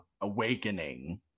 awakening